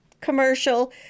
commercial